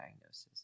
diagnosis